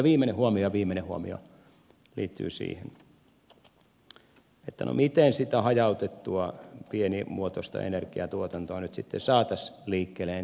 ja viimeinen huomio liittyy siihen että no miten sitä hajautettua pienimuotoista energiantuotantoa nyt sitten saataisiin liikkeelle entistä enemmän